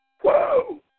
Whoa